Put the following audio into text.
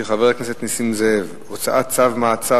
של חבר הכנסת נסים זאב: הוצאת צו מעצר